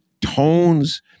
tones